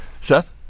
Seth